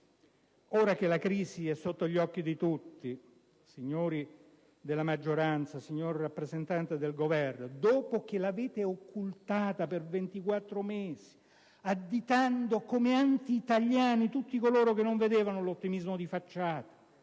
Ora che la crisi è sotto gli occhi di tutti, signori della maggioranza, signor rappresentante del Governo, dopo che l'avete occultata per ventiquattro mesi additando come anti-italiani tutti coloro che non vedevano l'ottimismo di facciata,